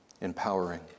empowering